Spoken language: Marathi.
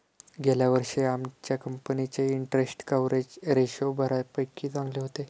गेल्या वर्षी आमच्या कंपनीचे इंटरस्टेट कव्हरेज रेशो बऱ्यापैकी चांगले होते